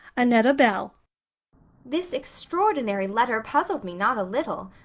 annetta bell this extraordinary letter puzzled me not a little.